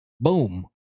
boom